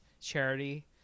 charity